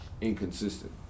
inconsistent